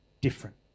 different